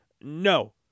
No